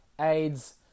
AIDS